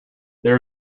there